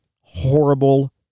horrible